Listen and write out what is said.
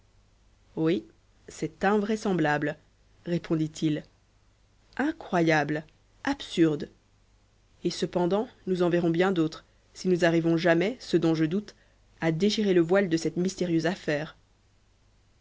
oui c'est invraisemblable répondit-il incroyable absurde et cependant nous en verrons bien d'autres si nous arrivons jamais ce dont je doute à déchirer le voile de cette mystérieuse affaire